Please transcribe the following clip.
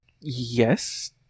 Yes